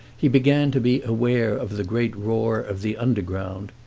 he began to be aware of the great roar of the underground,